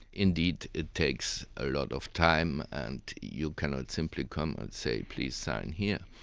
indeed it takes a lot of time and you cannot simply come and say please sign here.